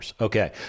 Okay